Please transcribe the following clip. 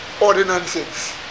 ordinances